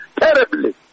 terribly